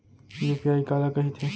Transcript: UPI काला कहिथे?